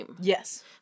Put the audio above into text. Yes